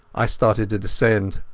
i started to descend.